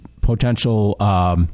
potential